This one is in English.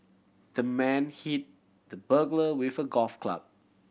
the man hit the burglar with a golf club